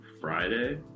Friday